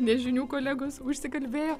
nes žinių kolegos užsikalbėjo